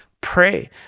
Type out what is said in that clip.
pray